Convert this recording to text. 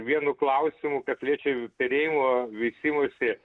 vienu klausimu kas liečia jų perėjimo veisimosi